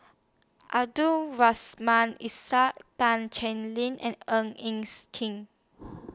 and